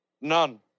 None